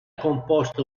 composto